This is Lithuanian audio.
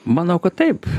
manau kad taip